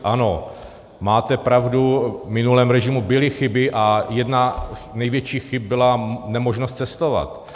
Ano, máte pravdu, v minulém režimu byly chyby a jedna z největších chyb byla nemožnost cestovat.